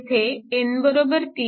येथे n3